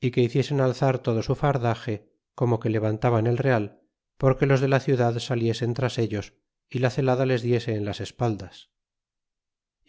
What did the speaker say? y que hiciesen alzar todo su fardaje como que levantaban el real porque los de la ciudad saliesen tras ellos y la celada les diese i n las espaldas